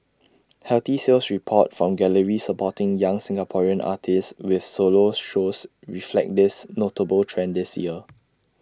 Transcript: healthy sales reports from galleries supporting young Singaporean artists with solos shows reflect this notable trend this year